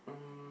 um